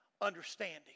understanding